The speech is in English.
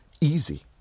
Easy